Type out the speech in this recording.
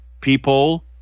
people